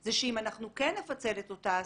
זה שאם אנחנו כן נפצל את אותה הסעה,